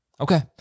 Okay